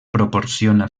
proporciona